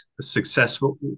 successful